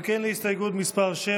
7,